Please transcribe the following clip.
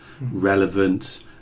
relevant